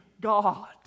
God